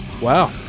Wow